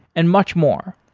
and much more.